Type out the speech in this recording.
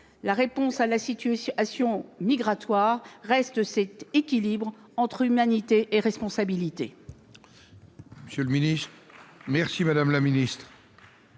La réponse à la situation migratoire repose sur un équilibre entre humanité et responsabilité.